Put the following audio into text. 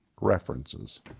references